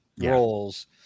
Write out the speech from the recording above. roles